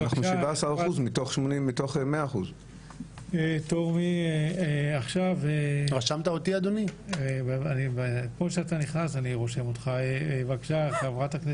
אנחנו 17% מתוך 100%. אני חושבת שאנחנו דנים כאן ואני רוצה